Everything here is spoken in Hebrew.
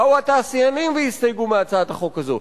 באו התעשיינים והסתייגו מהצעת החוק הזאת.